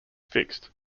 fixed